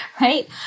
right